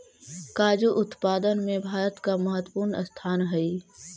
काजू उत्पादन में भारत का महत्वपूर्ण स्थान हई